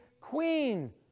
queen